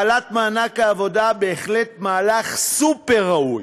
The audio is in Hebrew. העלאת מענק העבודה, בהחלט מהלך סופר-ראוי,